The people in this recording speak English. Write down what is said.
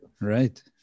Right